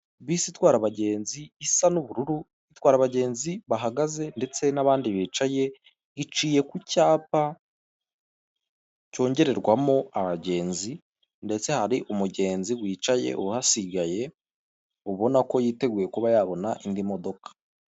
Bisi itwara abagenzi, isa n'ubururu, itwara abagenzi bahagaze ndetse n'abandi bicaye, iciye ku cyapa cyongererwamo abagenzi, ndetse hari umugenzi wicaye usigaye, ubona ko yiteguye kuba yabona indi modoka.